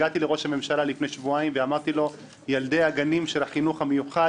הגעתי לראש הממשלה לפני שבועיים ואמרתי לו: ילדי הגנים של החינוך המיוחד